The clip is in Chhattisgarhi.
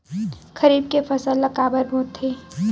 खरीफ के फसल ला काबर बोथे?